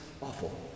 awful